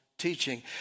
teaching